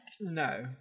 No